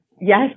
yes